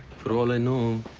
for all i know,